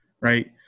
right